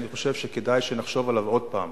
אני חושב שכדאי שנחשוב עליו עוד פעם,